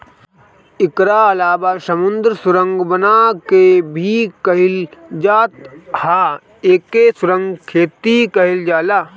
एकरा अलावा समुंदर सुरंग बना के भी कईल जात ह एके सुरंग खेती कहल जाला